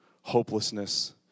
hopelessness